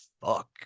fuck